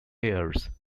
hares